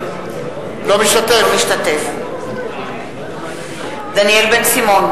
אינו משתתף בהצבעה דניאל בן-סימון,